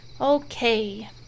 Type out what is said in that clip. Okay